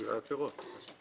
של התחבורה הציבורית.